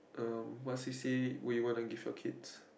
er what c_c_a would you wanna give your kids